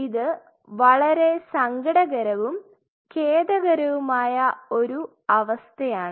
ഇത് വളരെ സങ്കടകരവും ഖേദകരവുമായ ഒരു അവസ്ഥയാണ്